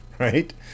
Right